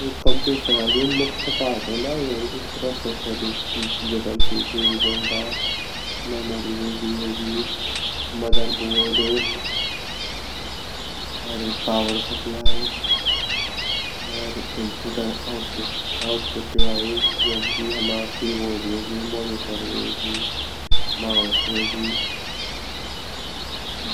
एक कंप्यूटरा जु मुख्या पार्ट वोन्दा उ वोंदु वेगु प्रोसेसर जेते हम सी-पी-यू भी ब्वल्दा मेमोरी वेगि मदरबोर्ड अर पावर सप्लाई अर इनपुट अर आउटपुट डिवाइस जन की हमा कीबोर्ड वेगि मॉनिटर वेगि माउस वेगि।